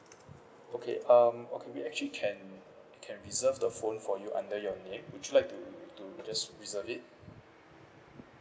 okay um okay we actually can can reserve the phone for you under your name would you like to to just reserve it